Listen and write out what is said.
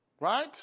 Right